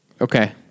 Okay